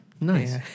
nice